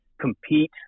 compete